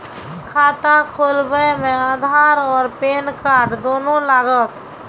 खाता खोलबे मे आधार और पेन कार्ड दोनों लागत?